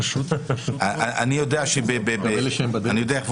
נדבר על